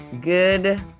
good